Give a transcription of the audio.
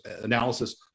analysis